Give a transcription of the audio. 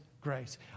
grace